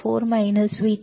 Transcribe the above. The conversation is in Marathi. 95 4 VT